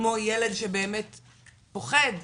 כמו ילד שבאמת מפחד.